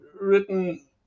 written